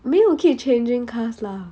没有 keep changing cast lah